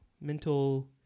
mental